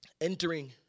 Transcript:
entering